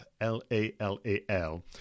L-A-L-A-L